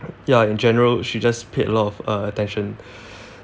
ya in general she just paid a lot of uh attention